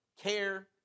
care